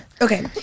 Okay